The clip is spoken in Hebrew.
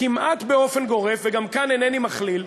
כמעט באופן גורף, וגם כאן אינני מכליל,